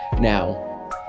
Now